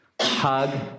Hug